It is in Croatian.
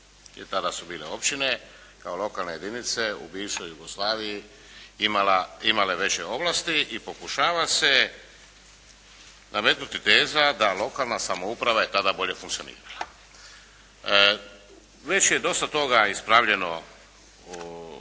i tada su bile općine kao lokalne jedinice u bivšoj Jugoslaviji imale veće ovlasti i pokušava se nametnuti teza da lokalna samouprava je tada bolje funkcionirala. Već je dosta toga ispravljeno